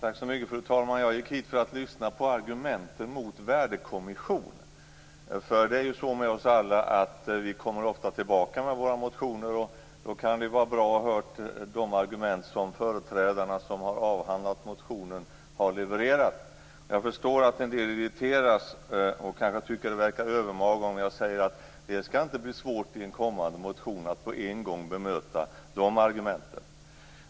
Fru talman! Jag gick hit för att lyssna på argumenten mot en värdekommission. Det är väl så med oss alla att vi ofta kommer tillbaka med våra motioner. Då kan det vara bra att ha hört de argument som de företrädare som avhandlat motionen har levererat. Jag förstår att en del irriteras och kanske tycker att det verkar övermaga om jag säger att det inte skall bli svårt att i en kommande motion på en gång bemöta de argumenten.